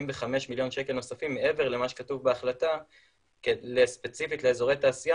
מיליון שקל נוספים מעבר למה שכתוב בהחלטה ספציפית לאזורי תעשייה